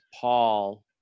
Paul